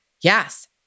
Yes